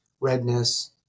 redness